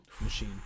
machine